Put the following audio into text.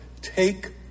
take